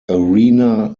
arena